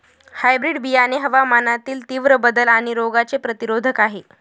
hybrid बियाणे हवामानातील तीव्र बदल आणि रोगांचे प्रतिरोधक आहे